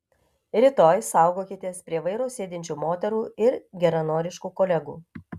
rytoj saugokitės prie vairo sėdinčių moterų ir geranoriškų kolegų